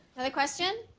another question?